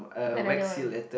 another one